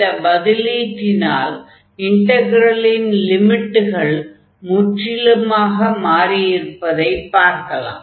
இந்த பதலீட்டினால் இன்டக்ரலின் லிமிட்கள் முற்றிலுமாக மாறியிருப்பதைப் பார்க்கலாம்